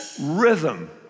rhythm